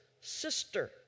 sister